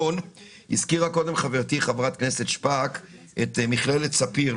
הזכירה קודם חברתי חברת הכנסת שפק את מכללת ספיר,